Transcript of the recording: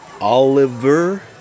Oliver